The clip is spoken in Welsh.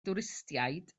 dwristiaid